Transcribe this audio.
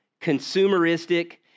consumeristic